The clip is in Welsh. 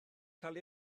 cael